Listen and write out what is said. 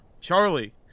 Charlie